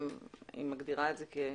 אם זה המצב,